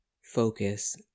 focus